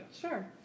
Sure